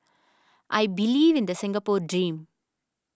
I believe in the Singapore dream